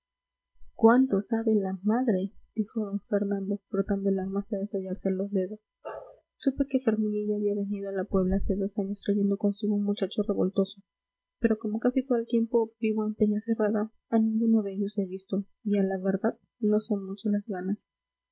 cuánto sabe la madre dijo d fernando frotando el arma hasta desollarse los dedos supe que ferminilla había venido a la puebla hace dos años trayendo consigo a un muchacho revoltoso pero como casi todo el tiempo vivo en peñacerrada a ninguno de ellos he visto y a la verdad no son muchas las ganas